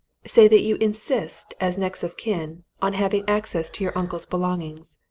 say that you insist, as next-of-kin, on having access to your uncle's belongings.